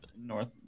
North